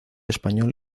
español